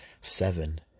seven